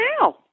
now